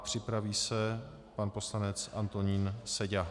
Připraví se pan poslanec Antonín Seďa.